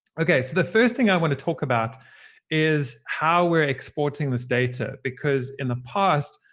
ok, so the first thing i want to talk about is how we're exporting this data, because in the past,